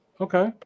Okay